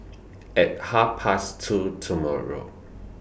At Half Past two tomorrow